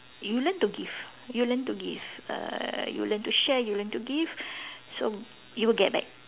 you learn to give you learn to give err you learn to share you learn to give so you will get back